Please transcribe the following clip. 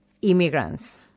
immigrants